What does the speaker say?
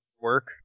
work